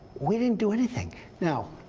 we didn't do anything. now,